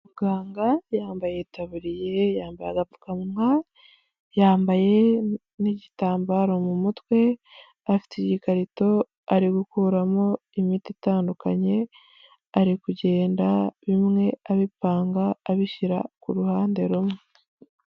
Muganga yambaye itaburiye, yambaye agapfukamunwa, yambaye n'igitambaro mu mutwe, afite igikarito ari gukuramo imiti itandukanye, ari kugenda bimwe abipanga abishyira ku ruhande rumwe.